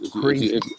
Crazy